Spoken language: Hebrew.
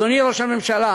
אדוני ראש הממשלה,